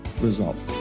results